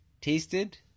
tasted